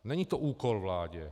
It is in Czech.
Není to úkol vládě.